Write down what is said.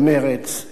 אלא ביישוב דעת,